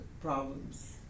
problems